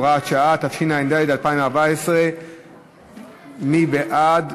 (הוראת שעה), התשע"ד 2014. מי בעד?